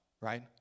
right